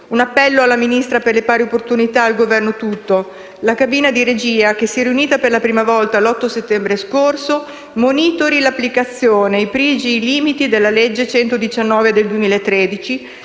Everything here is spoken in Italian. un appello alla Ministra con la delega per le pari opportunità e al Governo tutto: la cabina di regia, che si è riunita per la prima volta l'8 settembre scorso, monitori l'applicazione, i pregi e i limiti della legge n. 119 del 2013